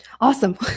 Awesome